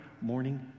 morning